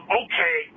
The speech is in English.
okay